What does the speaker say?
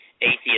atheist